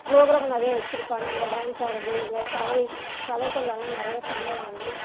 program நிறைய வச்சுருப்பாங்க அங்கே டான்ஸ் ஆடுவது இல்லை கலை கலைகளெல்லாம் நிறைய பண்ணுவாங்க